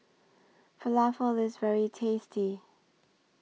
Falafel IS very tasty